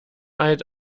alt